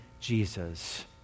Jesus